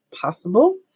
possible